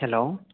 hello